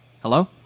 Hello